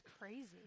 crazy